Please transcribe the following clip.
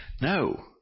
No